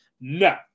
no